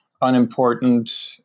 unimportant